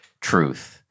truth